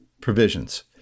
provisions